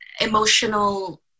emotional